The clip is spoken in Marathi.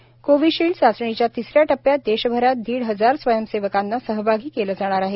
ेकोविशिल्ड े चाचणीच्या तिसऱ्या टप्प्यात देशभरात दीड हजार स्वयंसेवकांना सहभागी केलं जाणार आहे